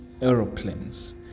aeroplanes